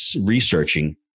researching